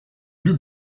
plus